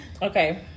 Okay